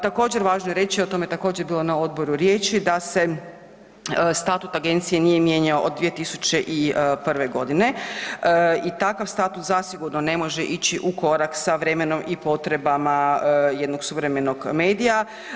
Također važno je reći, o tome je također bilo na odboru riječi da se statut agencije nije mijenjao od 2001. godine i takav statut zasigurno ne može ići u korak s vremenom i potrebama jednog suvremenog medija.